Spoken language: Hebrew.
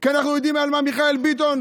כי אנחנו יודעים על מה מיכאל ביטון,